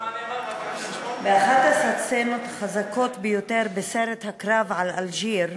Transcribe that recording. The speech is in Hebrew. באחת הסצנות החזקות ביותר בסרט "הקרב על אלג'יר"